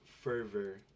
fervor